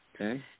okay